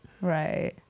right